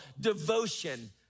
devotion